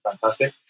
fantastic